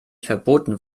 verboten